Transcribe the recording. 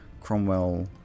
Cromwell